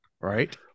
Right